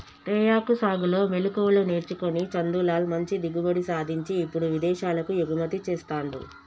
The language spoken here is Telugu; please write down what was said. తేయాకు సాగులో మెళుకువలు నేర్చుకొని చందులాల్ మంచి దిగుబడి సాధించి ఇప్పుడు విదేశాలకు ఎగుమతి చెస్తాండు